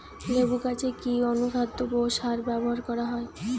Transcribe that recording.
লেবু গাছে কি অনুখাদ্য ও সার ব্যবহার করা হয়?